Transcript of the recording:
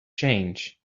change